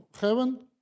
heaven